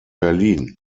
berlin